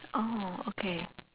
oh okay